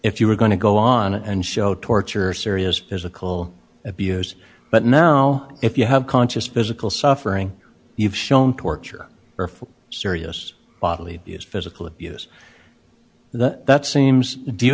if you were going to go on and show torture serious physical abuse but now if you have conscious physical suffering you've shown torture or for serious bodily use physical abuse the that's seems do